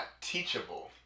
teachable